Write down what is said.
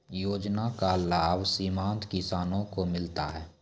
योजना का लाभ सीमांत किसानों को मिलता हैं?